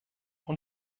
und